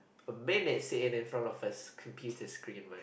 a minute sitting in front of his computer screen man